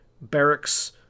barracks